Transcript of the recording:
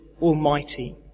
Almighty